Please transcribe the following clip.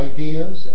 Ideas